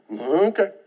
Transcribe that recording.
Okay